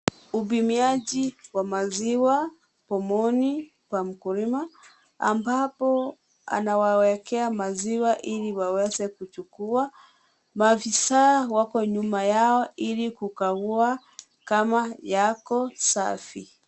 Upimiaji wa maziwa pomoni pa mkulima ambapo anawawekea maziwa ili waweze kuchukua . Maafisa wako nyuma yao ili kukagua kama yako safi.